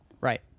Right